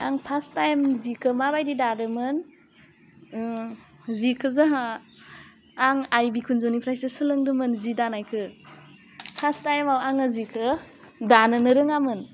आं fast time जिखौ मा बायदि दादोंमोन जिखो जोहा आं आइ बिखुनजोनिफ्रायसो सोलोंदोंमोन जि दानायखौ फास्ट टाइमआव आङो जिखौ दानोनो रोङामोन